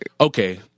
okay